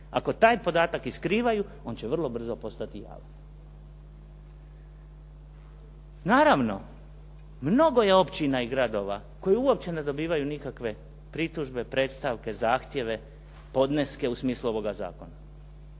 Ako taj podataka i skrivaju, on će vrlo brzo postati javan. Naravno, mnogo je općina i gradova koji uopće ne dobivaju nikakve pritužbe, predstavke, zahtjeve, podneske u smislu ovoga zakona.